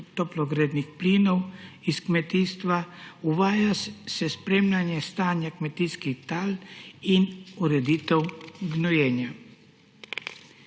toplogrednih plinov iz kmetijstva, uvaja se spremljanje stanja kmetijskih tal in ureditev gnojenja.